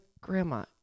grandma